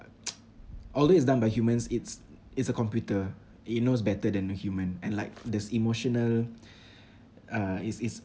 although it's done by humans it's it's a computer it knows better than a human and like there's emotional uh it's it's